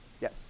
Yes